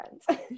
friends